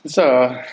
susah ah